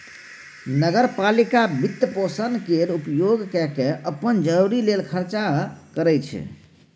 नगर पालिका वित्तपोषण केर उपयोग कय केँ अप्पन जरूरी लेल पैसा खर्चा करै छै